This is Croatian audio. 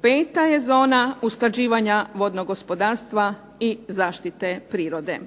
Peta je zona usklađivanja vodnog gospodarstva i zaštite prirode.